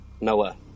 Noah